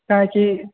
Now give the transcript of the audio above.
काहे कि